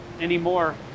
anymore